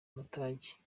amatage